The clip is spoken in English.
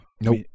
Nope